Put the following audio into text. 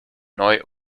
neu